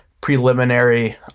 preliminary